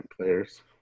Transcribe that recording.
players